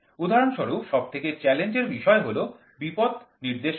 উদাহরণস্বরূপ সবথেকে চ্যালেঞ্জের বিষয় হল বিপদ নির্দেশ করা